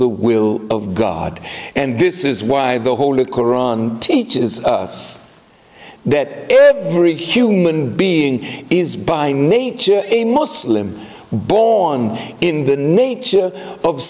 the will of god and this is why the holy koran teaches us that every human being is by nature a muslim born in the nature of